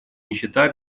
нищета